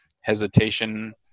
hesitation